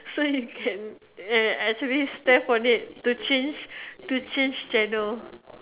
so you can actually step on it to change to change channel